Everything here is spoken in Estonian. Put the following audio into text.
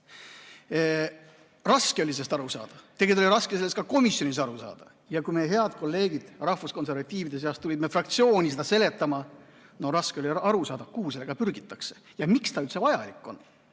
Raske oli sellest aru saada. Tegelikult oli raske sellest ka komisjonis aru saada. Kui meie head kolleegid rahvuskonservatiivide seast tulid meie fraktsiooni seda seletama, siis raske oli aru saada, kuhu sellega pürgitakse ja miks ta üldse vajalik on.